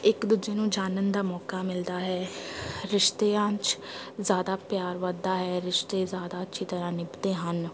ਇੱਕ ਦੂਜੇ ਨੂੰ ਜਾਨਣ ਦਾ ਮੌਕਾ ਮਿਲਦਾ ਹੈ ਰਿਸ਼ਤਿਆਂ 'ਚ ਜ਼ਿਆਦਾ ਪਿਆਰ ਵੱਧਦਾ ਹੈ ਰਿਸ਼ਤੇ ਜ਼ਿਆਦਾ ਅੱਛੀ ਤਰ੍ਹਾਂ ਨਿਭਦੇ ਹਨ